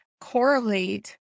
correlate